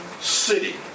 city